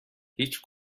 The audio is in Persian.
هیچ